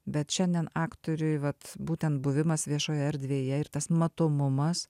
bet šiandien aktoriui vat būtent buvimas viešoje erdvėje ir tas matomumas